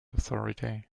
authority